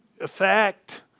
effect